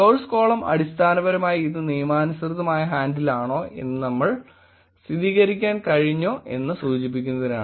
source column അടിസ്ഥാനപരമായി ഇത് നിയമാനുസൃതമായ ഹാൻഡിൽ ആണോ എന്ന് നമ്മൾക്ക് സ്ഥിരീകരിക്കാൻ കഴിഞ്ഞോ എന്ന് സൂചിപ്പിക്കുന്നതിനാണ്